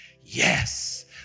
yes